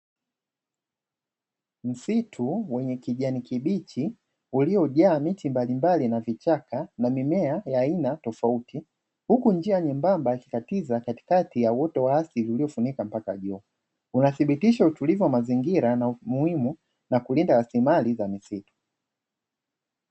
Msitu wenye kijani kibichi uliojaa miti mbalimbali na vichaka na mimea ya aina tofauti, huku njia nyembamba kikatiza katikati ya uoto wa asili uliofunika mpaka juu, unathibitisha utulivu wa mazingira na umuhimu na kulinda rasilimali za misitu.